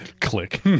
click